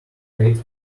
straight